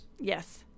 Yes